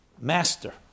master